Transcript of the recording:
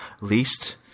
least